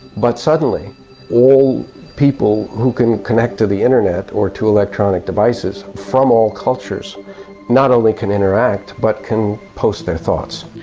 but suddenly all people who can connect to the internet or to electronic devices from all cultures not only can interact but can post their thoughts.